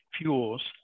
fuels